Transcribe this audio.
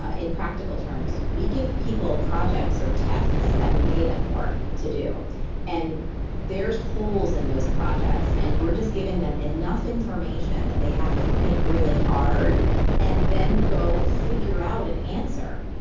ah in practical terms, we give people projects or tests that we pay them for to do and there's holes in those projects and we're just giving them enough information that they have to think really hard and then go figure out an answer.